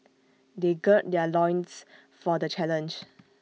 they gird their loins for the challenge